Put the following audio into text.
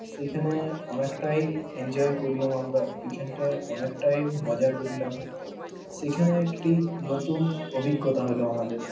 সেইখানে অনেকটাই এনজয় করলাম আমরা ওইখানটায় অনেকটাই মজা করলাম সেইখানে একটি নতুন অভিজ্ঞতা হলো আমাদের